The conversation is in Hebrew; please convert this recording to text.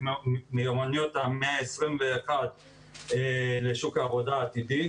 מיומנויות המאה ה-21 לשוק העבודה העתידי,